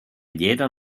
llera